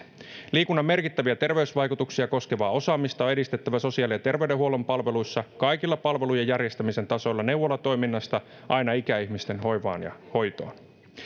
liikunnan merkittäviä terveysvaikutuksia koskevaa osaamista on edistettävä sosiaali ja terveydenhuollon palveluissa kaikilla palvelujen järjestämisen tasoilla neuvolatoiminnasta aina ikäihmisten hoivaan ja hoitoon